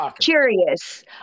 curious